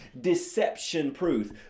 deception-proof